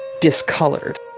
discolored